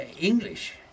English